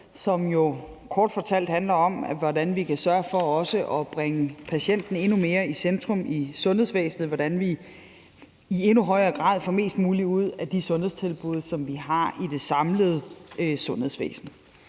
jo kort fortalt handler om, hvordan vi kan sørge for at bringe patienten endnu mere i centrum i sundhedsvæsenet, og hvordan vi i endnu højere grad får mest muligt ud af de sundhedstilbud, som vi har i det samlede sundhedsvæsen.